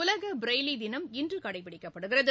உலக ப்ரைலி தினம் இன்று கடைபிடிக்கப்படுகிறது